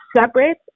separate